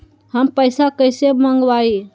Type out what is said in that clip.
हम पैसा कईसे मंगवाई?